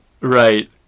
right